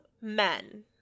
men